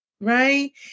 right